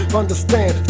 understand